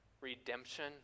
redemption